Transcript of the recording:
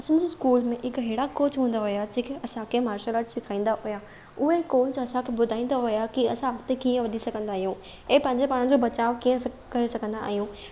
असांजे स्कूल में हिकु अहिड़ा कोच हूंदा हुआ जेके असांखे मार्शल आट सिखाईंदा हुआ उहे कोच असांखे ॿुधाईंदा हुआ की असां अॻिते कीअं वधी सघंदा आहियूं ऐं पंहिंजो पाण जो बचाव कीअं करे सघंदा आहियूं